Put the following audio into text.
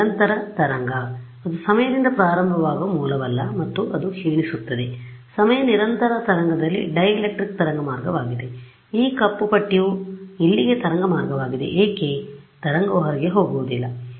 ನಿರಂತರ ತರಂಗ ಅದು ಸಮಯದಿಂದ ಪ್ರಾರಂಭವಾಗುವ ಮೂಲವಲ್ಲ ಮತ್ತು ಅದು ಕ್ಷೀಣಿಸುತ್ತದೆ ಸಮಯ ನಿರಂತರ ತರಂಗದಲ್ಲಿ ಡೈಎಲೆಕ್ಟ್ರಿಕ್ ತರಂಗ ಮಾರ್ಗವಾಗಿದೆ ಈ ಕಪ್ಪು ಪಟ್ಟಿಯು ಇಲ್ಲಿಗೆ ತರಂಗ ಮಾರ್ಗವಾಗಿದೆ ಏಕೆ ತರಂಗವು ಹೊರಗೆ ಹೋಗುವುದಿಲ್ಲ ಸರಿ